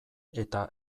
eta